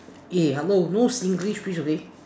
eh hello no Singlish please okay